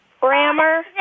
Grammar